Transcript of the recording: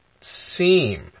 seem